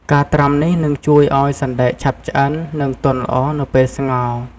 ការត្រាំនេះនឹងជួយឱ្យសណ្ដែកឆាប់ឆ្អិន និងទន់ល្អនៅពេលស្ងោរ។